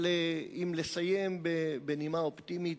אבל אם לסיים בנימה אופטימית,